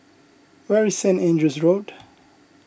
where is Saint Andrew's Road